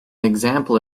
example